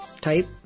type